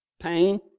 pain